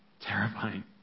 terrifying